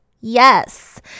Yes